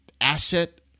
asset